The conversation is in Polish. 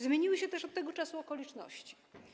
Zmieniły się też od tego czasu okoliczności.